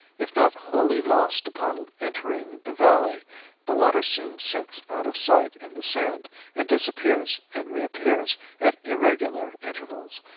if not wholly lost upon entering the valley the water soon sinks out of sight in the sand and disappears and reappears at irregular intervals,